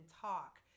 talk